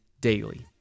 Daily